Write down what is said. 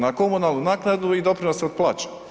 Na komunalnu naknadu i doprinose od plaće.